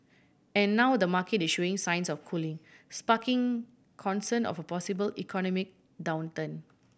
and now the market is showing signs of cooling sparking concern of a possible economic downturn